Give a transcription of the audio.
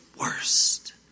worst